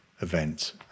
event